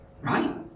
right